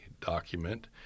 document